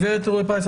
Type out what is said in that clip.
גברת אלרעי-פרייס,